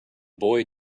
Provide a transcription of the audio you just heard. boy